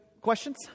questions